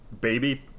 baby